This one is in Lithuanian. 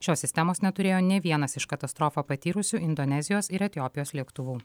šios sistemos neturėjo nė vienas iš katastrofą patyrusių indonezijos ir etiopijos lėktuvų